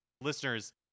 listeners